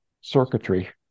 circuitry